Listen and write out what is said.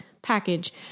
Package